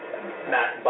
Matt